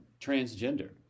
transgender